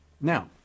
Now